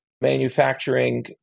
manufacturing